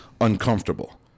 uncomfortable